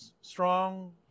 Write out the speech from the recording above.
strong